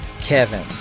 kevin